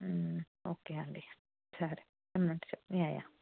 okay అండి సరే ఏమైనా ఉంటే చెప్ యా యా